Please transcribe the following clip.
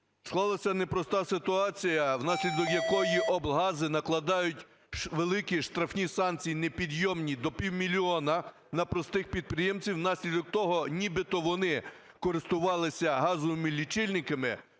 Склалася непроста ситуація, внаслідок якої облгази накладають великі штрафні санкції непідйомні, до півмільйона, на простих підприємців внаслідок того, нібито вони користувалися газовими лічильниками